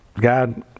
God